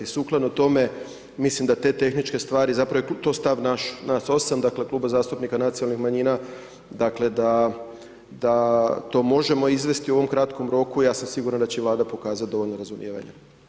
Sukladno tome, mislim da te tehničke stvari zapravo, to je stav naš, nas osam, dakle Kluba zastupnika nacionalnih manjina, dakle, da, da to možemo izvesti u ovom kratkom roku, ja sam siguran da će Vlada pokazat dovoljno razumijevanja.